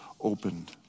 opened